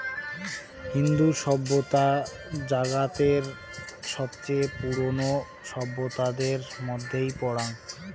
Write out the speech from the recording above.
ইন্দু সভ্যতা জাগাতের সবচেয়ে পুরোনো সভ্যতাদের মধ্যেই পরাং